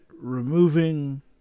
removing